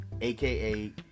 aka